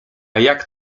jak